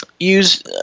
Use